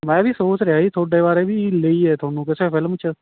ਮੈਂ ਵੀ ਸੋਚ ਰਿਹਾ ਸੀ ਤੁਹਾਡੇ ਬਾਰੇ ਵੀ ਲਈਏ ਤੁਹਾਨੂੰ ਕਿਸੇ ਫਿਲਮ 'ਚ